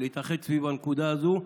להתאחד סביב הנקודה הזאת.